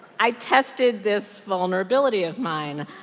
i tested this vulnerability of mine.